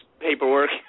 paperwork